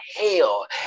hell